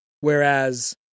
whereas